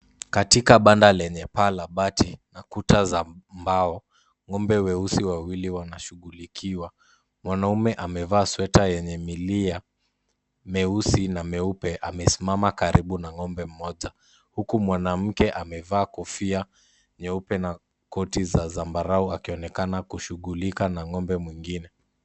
Katika banda lenye paa la bati na kuta za mbao, ng'ombe weusi wawili wanashughulikiwa. Mwanaume amevaa sweta yenye milia meusi na meupe amesimama karibu na ng'ombe mmoja, huku mwanamke amevaa kofia nyeupe na koti za zambarau akionekana kushughulika na ng'ombe wengine.